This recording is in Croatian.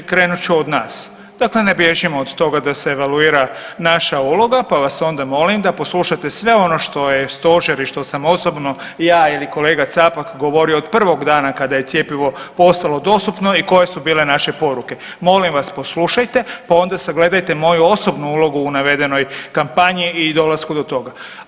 Krenut ću od nas, dakle ne bježim od toga da se evaluira naša uloga, pa vas onda molim da poslušate sve ono što je stožer i što sam osobno ja ili kolega Capak govorio od prvog dana kada je cjepivo postalo dostupno i koje su bile naše poruke, molim vas poslušajte pa onda sagledajte moju osobnu ulogu u navedenoj kampanji i dolasku do toga.